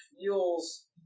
feels